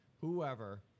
whoever